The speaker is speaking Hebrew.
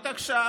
התעקשה,